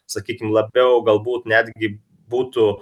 sakykim labiau galbūt netgi būtų